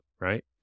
right